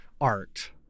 art